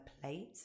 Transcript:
plate